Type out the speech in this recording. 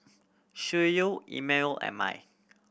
Schuyler Immanuel and Mai